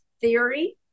theory